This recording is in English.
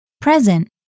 present